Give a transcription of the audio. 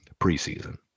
preseason